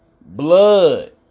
Blood